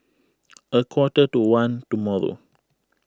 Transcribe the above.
a quarter to one tomorrow